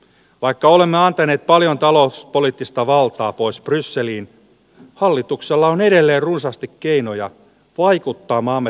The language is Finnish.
vaikka olemme antaneet paljon talouspoliittista valtaa pois brysselin hallituksella on edelleen runsaasti keinoja vaikuttaa maamme